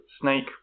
snake